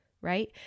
right